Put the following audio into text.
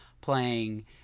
playing